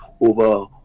over